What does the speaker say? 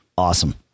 Awesome